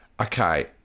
Okay